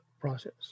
process